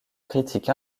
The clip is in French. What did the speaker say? critique